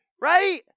right